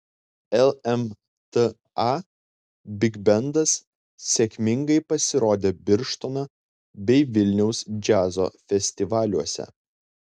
lmta bigbendas sėkmingai pasirodė birštono bei vilniaus džiazo festivaliuose